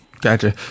Gotcha